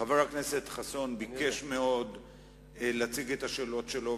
חבר הכנסת חסון ביקש מאוד להציג את השאלות שלו,